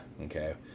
Okay